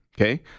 Okay